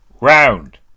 ROUND